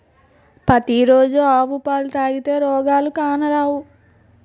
పతి రోజు ఆవు పాలు తాగితే రోగాలు కానరావు